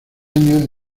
año